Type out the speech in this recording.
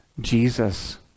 Jesus